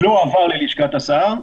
עוד לא עבר ללשכת השר.